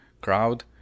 crowd